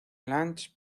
lange